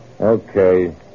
Okay